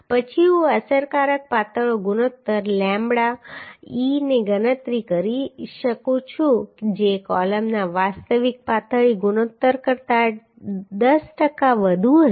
પછી હું અસરકારક પાતળો ગુણોત્તર lambda e ની ગણતરી કરી શકું છું જે કૉલમના વાસ્તવિક પાતળી ગુણોત્તર કરતાં 10 ટકા વધુ હશે